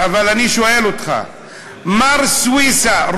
אבל אני שואל אותך: מר סויסה,